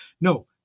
No